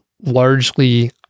largely